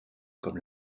comme